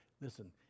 listen